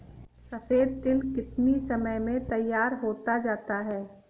सफेद तिल कितनी समय में तैयार होता जाता है?